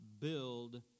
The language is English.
build